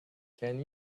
can